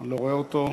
אני לא רואה אותו,